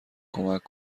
کمک